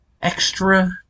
Extra